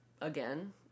again